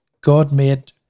God-made